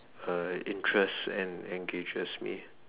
uh interests that engages me